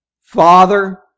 Father